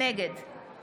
נגד